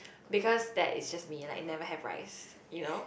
because that is just mee like never have rice you know